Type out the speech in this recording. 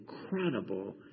incredible